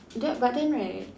that but then right